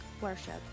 worship